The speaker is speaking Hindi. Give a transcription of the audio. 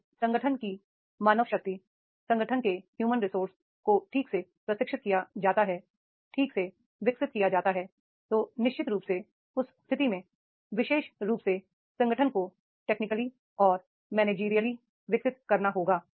यदि संगठन की मानव शक्ति संगठन के ह्यू मन रिसोर्स को ठीक से प्रशिक्षित किया जाता है ठीक से विकसित किया जाता है तो निश्चित रूप से उस स्थिति में विशेष रूप से संगठन कोटेक्निकली और मैंनेजीरियली विकसित करना होगा